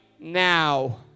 now